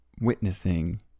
witnessing